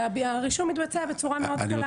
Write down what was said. והרישום מתבצע בצורה מאוד קל.